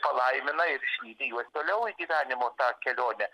palaimina ir išlydi juos toliau į gyvenimo tą kelionę